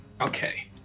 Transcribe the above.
Okay